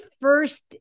first